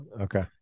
okay